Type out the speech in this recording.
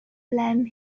blame